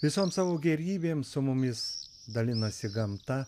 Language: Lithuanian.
visom savo gėrybėm su mumis dalinasi gamta